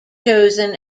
chosen